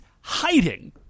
hiding